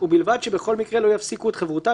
ובלבד שבכל מקרה לא יפסיקו את חברותם